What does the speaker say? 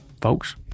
Folks